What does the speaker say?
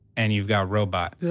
and you've got robot. yeah